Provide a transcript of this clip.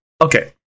okay